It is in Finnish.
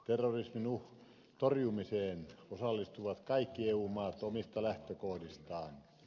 terrorismin torjumiseen osallistuvat kaikki eu maat omista lähtökohdistaan